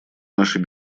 нашей